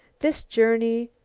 this journey,